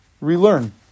relearn